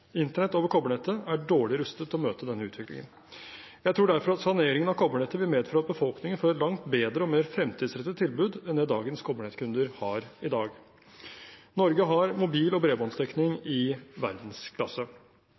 Internett over kobbernettet er dårlig rustet til å møte denne utviklingen. Jeg tror derfor at saneringen av kobbernettet vil medføre at befolkningen får et langt bedre og mer fremtidsrettet tilbud enn det dagens kobbernettkunder har i dag. Norge har mobil- og bredbåndsdekning i verdensklasse.